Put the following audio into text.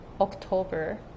October